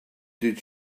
did